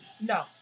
No